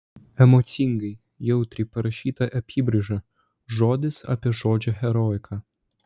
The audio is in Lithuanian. emocingai jautriai parašyta apybraiža žodis apie žodžio heroiką